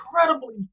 incredibly